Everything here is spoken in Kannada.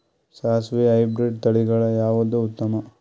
ಸಾಸಿವಿ ಹೈಬ್ರಿಡ್ ತಳಿಗಳ ಯಾವದು ಉತ್ತಮ?